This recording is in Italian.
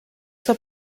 sua